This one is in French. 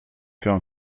faire